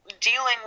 dealing